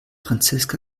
franziska